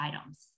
items